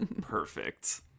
Perfect